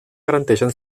garanteixen